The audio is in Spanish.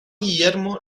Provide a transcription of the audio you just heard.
guillermo